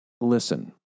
listen